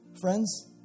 Friends